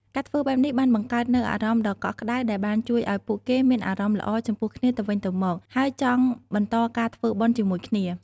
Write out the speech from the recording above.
ការធ្វើបែបនេះបានបង្កើតនូវអារម្មណ៍ដ៏កក់ក្តៅដែលបានជួយឲ្យពួកគេមានអារម្មណ៍ល្អចំពោះគ្នាទៅវិញទៅមក ហើយចង់បន្តការធ្វើបុណ្យជាមួយគ្នា។